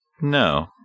No